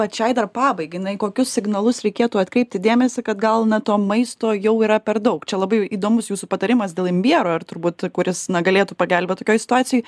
pačiai dar pabaigai na į kokius signalus reikėtų atkreipti dėmesį kad gal na to maisto jau yra per daug čia labai įdomus jūsų patarimas dėl imbiero ir turbūt kuris na galėtų pagelbėt tokioj situacijoj